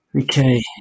Okay